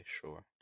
sure